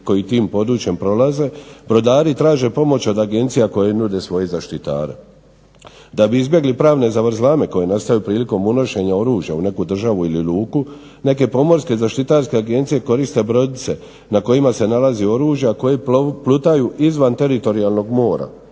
koji tim područjem prolaze brodari traže pomoć od agencija koje nude svoje zaštitare. Da bi izbjegli pravne zavrzlame koje nastaju prilikom unošenja oružja u neku državu ili luku neke pomorske zaštitarske agencije koriste brodice na kojima se nalazi oružje, a koji plutaju izvan teritorijalnog mora